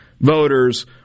voters